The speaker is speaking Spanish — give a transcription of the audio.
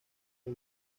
una